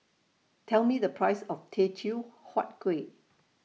Tell Me The Price of Teochew Huat Kuih